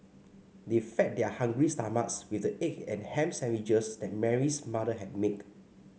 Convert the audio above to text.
they fed their hungry stomachs with the egg and ham sandwiches that Mary's mother had make